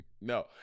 No